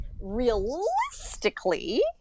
realistically